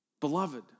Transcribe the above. Beloved